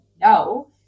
no